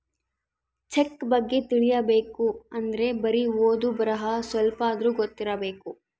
check ಬಗ್ಗೆ ತಿಲಿಬೇಕ್ ಅಂದ್ರೆ ಬರಿ ಓದು ಬರಹ ಸ್ವಲ್ಪಾದ್ರೂ ಗೊತ್ತಿರಬೇಕು